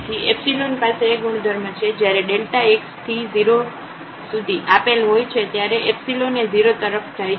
તેથી પાસે એ ગુણધર્મ છે જ્યારે x→0 આપેલ હોય છે ત્યારે એ 0 તરફ જાય છે